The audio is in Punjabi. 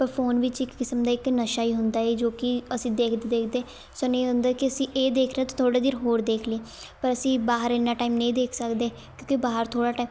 ਪਰ ਫ਼ੋਨ ਵਿੱਚ ਇੱਕ ਕਿਸਮ ਦਾ ਇੱਕ ਨਸ਼ਾ ਹੀ ਹੁੰਦਾ ਹੈ ਜੋ ਕਿ ਅਸੀਂ ਦੇਖਦੇ ਦੇਖਦੇ ਸਾਨੂੰ ਇਹ ਹੁੰਦਾ ਕਿ ਅਸੀਂ ਇਹ ਦੇਖ ਰਹੇ ਤਾਂ ਥੋੜ੍ਹਾ ਦੇਰ ਹੋਰ ਦੇਖ ਲੇ ਪਰ ਅਸੀਂ ਬਾਹਰ ਇੰਨਾ ਟਾਈਮ ਨਹੀਂ ਦੇਖ ਸਕਦੇ ਕਿਉਂਕਿ ਬਾਹਰ ਥੋੜ੍ਹਾ ਟਾਈਮ